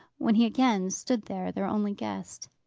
when he again stood there, their only guest.